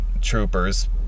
troopers